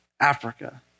Africa